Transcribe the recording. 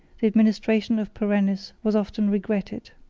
the administration of perennis was often regretted.